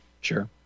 Sure